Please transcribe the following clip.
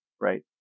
Right